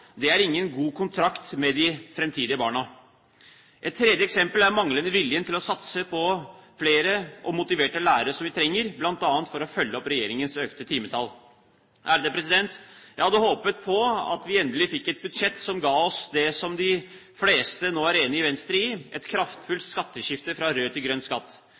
Det er ingen god kontrakt med de framtidige barna. Et tredje eksempel er manglende vilje til å satse på flere og motiverte lærere, som vi trenger, bl.a. for å følge opp regjeringens økte timetall. Jeg hadde håpet at vi endelig fikk et budsjett som ga oss det som de fleste nå er enige med Venstre om, et kraftfullt skatteskifte fra rød til grønn skatt.